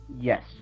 Yes